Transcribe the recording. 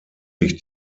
sich